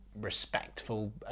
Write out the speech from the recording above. respectful